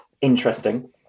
interesting